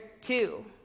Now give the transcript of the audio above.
two